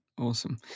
awesome